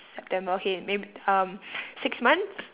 september okay mayb~ um six months